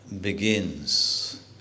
begins